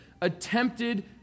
attempted